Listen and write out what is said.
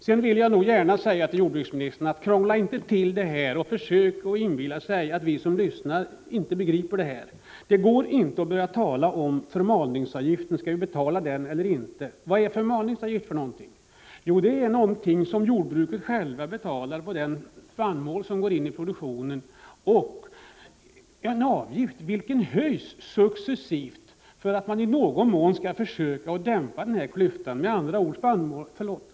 Sedan vill jag gärna säga till jordbruksministern att han inte skall krångla till det hela och inbilla sig att vi som lyssnar inte begriper frågan. Det går inte att säga: Skall vi betala förmalningsavgiften eller inte? Vad är förmalningsavgift för någonting? Jo, det är en avgift som jordbruket självt betalar på den spannmål som går in i produktionen, en avgift som successivt höjs för att man i någon mån skall kunna minska klyftan.